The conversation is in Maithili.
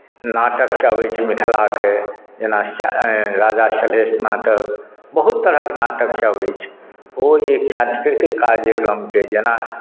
नाटकसभ अछि मिथिलाके जेना सह राजा सलहेशक नाटक बहुत तरहक नाटकसभ अछि ओ एक सांस्कृतिक कार्यक्रमके जेना